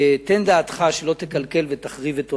תן דעתך שלא תקלקל ותחריב את עולמי.